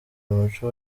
umuco